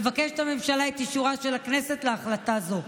מבקשת הממשלה את אישורה של הכנסת להחלטה זו.